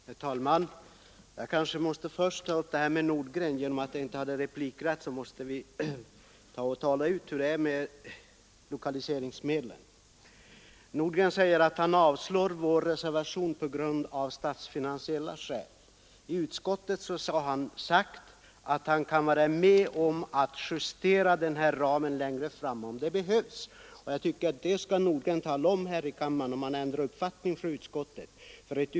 Herr talman! Jag kanske först skall fortsätta diskussionen med herr Nordgren som avbröts genom att jag inte hade rätt till ytterligare replik. Vi måste tala ut om lokaliseringsmedlen. Herr Nordgren framhåller att han avstyrker vår reservation av statsfinansiella skäl. Men i utskottet har herr Nordgren sagt att han kan vara med om att justera ramen längre fram om det behövs. Om herr Nordgren har ändrat uppfattning sedan utskottsbehandlingen tycker jag att han skall tala om det här i kammaren.